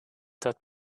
that